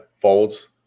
Folds